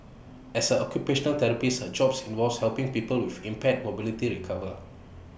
as A occupational therapist her job involves helping people with impaired mobility recover